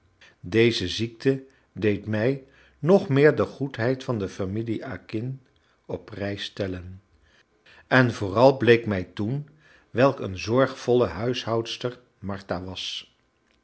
deze ziekte deed mij nog meer de goedheid van de familie acquin op prijs stellen en vooral bleek mij toen welk een zorgvolle huishoudster martha was